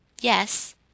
Yes